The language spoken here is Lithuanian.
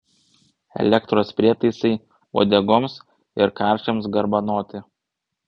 elektros prietaisai uodegoms ir karčiams garbanoti